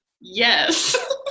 yes